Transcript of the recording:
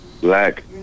black